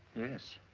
yes.